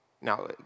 Now